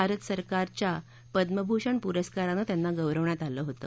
भारत सरकारच्या पद्मभूषण प्रस्कारानं त्यांना गौरवण्यात आलं होतं